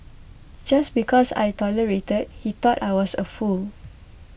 just because I tolerated he thought I was a fool